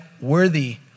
worthy